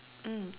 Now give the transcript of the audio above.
mm